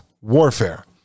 warfare